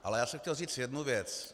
Ale já jsem chtěl říct jednu věc.